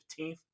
15th